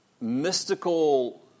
mystical